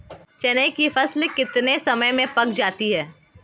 चने की फसल कितने समय में पक जाती है?